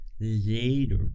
Later